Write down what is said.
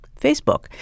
Facebook